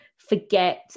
forget